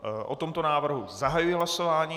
O tomto návrhu zahajuji hlasování.